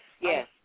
yes